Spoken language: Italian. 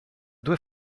due